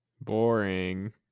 Boring